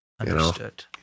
understood